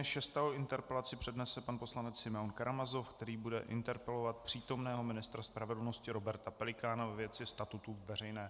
Šestou interpelaci přednese pan poslanec Simeon Karamazov, který bude interpelovat přítomného ministra spravedlnosti Roberta Pelikána ve věci statusu veřejné prospěšnosti.